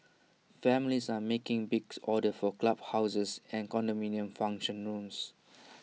families are making big orders for club houses and condominium function rooms